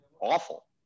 awful